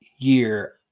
year